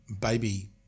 baby